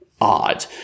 odd